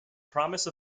promise